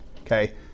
Okay